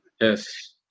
yes